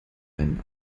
einen